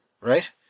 right